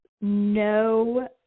no